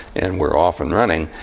and we're off and running,